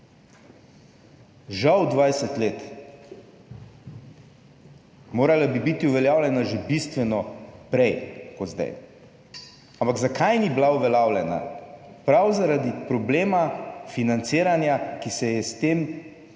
Žal 20 let, morala bi biti uveljavljena že bistveno prej kot zdaj. Ampak zakaj ni bila uveljavljena? Prav zaradi problema financiranja, ki se je s tem